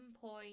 point